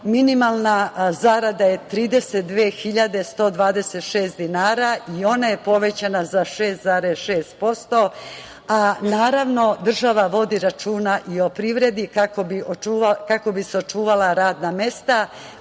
Minimalna zarada je 32.126 dinara i ona je povećana za 6,6%. Naravno država vodi računa i o privredi kako bi se očuvala radna mesta,